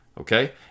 okay